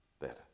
better